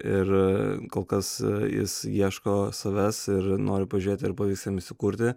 ir kol kas jis ieško savęs ir nori pažiūrėt arba pavyks jam įsikurti